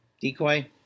decoy